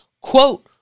Quote